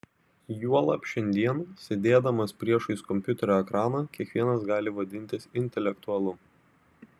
juolab šiandien sėdėdamas priešais kompiuterio ekraną kiekvienas gali vadintis intelektualu